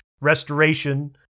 restoration